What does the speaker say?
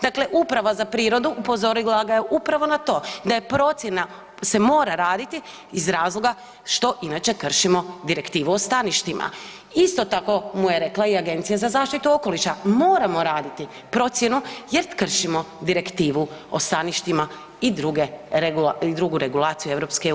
Dakle, Uprava za prirodu upozorila ga je upravo na to da je procjena se mora raditi iz razloga što inače kršimo Direktivu o staništima, isto tako mu je rekla i Agencija za zaštitu okoliša, moramo raditi procjenu jer kršimo Direktivu o staništima i druge, i drugu regulaciju EU.